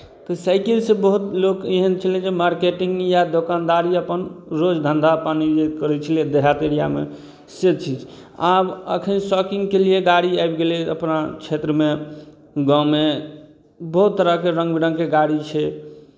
तऽ साइकिलसँ बहुत लोक एहन छलै जे मार्केटिंग या दोकानदारी अपन रोज धन्धा पानि जे करै छलै देहात एरिआमे से चीज आब एखन शौकिंगके लिए गाड़ी आबि गेलै अपना क्षेत्रमे गाँवमे बहुत तरहके रङ्ग बिरङ्गके गाड़ी छै